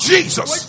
Jesus